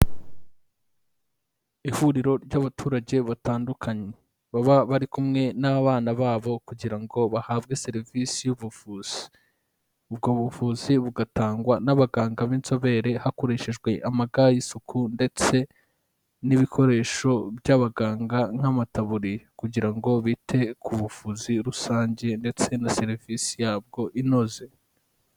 Ihuriro ry'abaturage batandukanye, baba bari kumwe n'abana babo kugira ngo bahabwe serivisi y'ubuvuzi. Ubwo buvuzi bugatangwa n'abaganga b'inzobere hakoreshejwe amaga y'isuku ndetse n'ibikoresho by'abaganga nk'amataburiya kugira ngo bite ku buvuzi rusange ndetse na serivisi yabwo inoze.